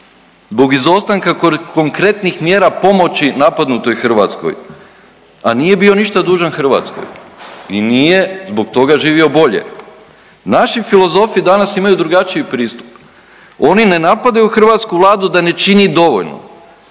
zbog izostanka konkretnih mjera pomoći napadnutoj Hrvatskoj a nije bio ništa dužan Hrvatskoj i nije zbog toga živio bolje. Naši filozofi danas imaju drugačiji pristup. Oni ne napadaju hrvatsku Vladu da ne čini dovoljno,